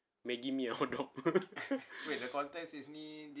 Maggie mee and hotdog